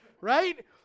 right